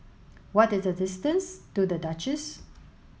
what is the distance to The Duchess